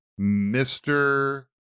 Mr